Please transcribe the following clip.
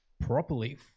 properly